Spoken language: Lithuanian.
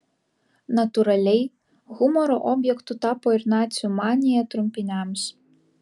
natūraliai humoro objektu tapo ir nacių manija trumpiniams